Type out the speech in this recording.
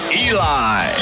eli